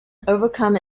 overcome